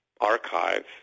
Archive